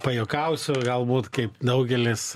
pajuokausiu galbūt kaip daugelis